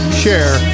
share